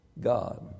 God